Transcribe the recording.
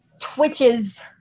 twitches